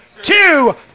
Two